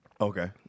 Okay